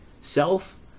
Self